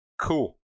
cool